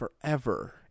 forever